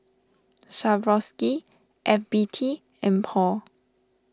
Swarovski F B T and Paul